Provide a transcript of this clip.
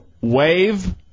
wave